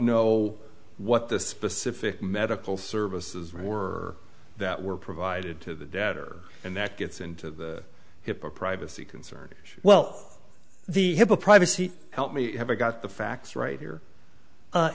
know what the specific medical services were that were provided to the debtor and that gets into the hip of privacy concerns well the hipaa privacy help me you haven't got the facts right here